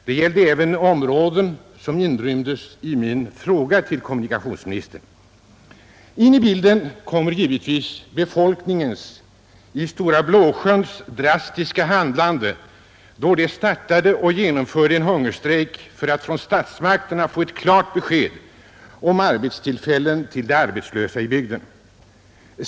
Detta gäller även områden som inrymdes i min fråga till kommunikationsministern. Naturligtvis kommer också befolkningens i Stora Blåsjön drastiska handlande in i bilden, då man där startade och genomförde en hungerstrejk för att av statsmakterna få ett klart besked om arbetstillfällen till de arbetslösa i bygden.